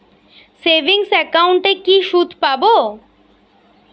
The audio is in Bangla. সেভিংস একাউন্টে কি সুদ পাব?